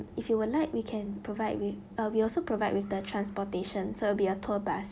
if you would like we can provide with uh we also provide with the transportation so it'll be a tour bus